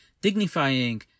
dignifying